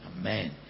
Amen